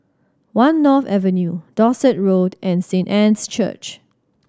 One North Avenue Dorset Road and Saint Anne's Church